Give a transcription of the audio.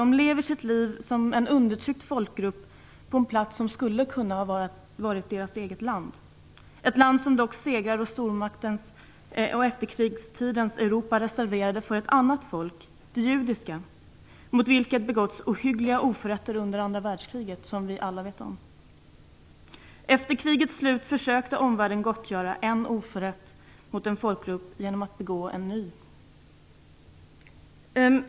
De lever sitt liv som en undertryckt folkgrupp på en plats som skulle ha kunnat vara deras eget land. Det är ett land som segrarna, stormakterna och efterkrigstidens Europa reserverade för ett annat folk, det judiska folket, mot vilket det begåtts ohyggliga oförrätter under andra världskriget. Det vet vi alla om. Efter krigets slut försökte omvärlden gottgöra en oförrätt mot en folkgrupp genom att begå en ny.